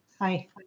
hi